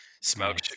smoke